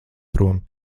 prom